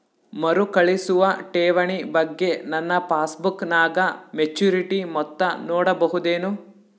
ಮರುಕಳಿಸುವ ಠೇವಣಿ ಬಗ್ಗೆ ನನ್ನ ಪಾಸ್ಬುಕ್ ನಾಗ ಮೆಚ್ಯೂರಿಟಿ ಮೊತ್ತ ನೋಡಬಹುದೆನು?